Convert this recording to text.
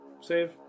save